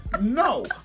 No